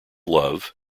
love